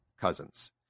Cousins